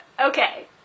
Okay